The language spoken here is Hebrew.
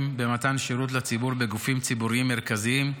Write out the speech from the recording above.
במתן שירות לציבור בגופים ציבוריים מרכזיים,